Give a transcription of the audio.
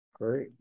Great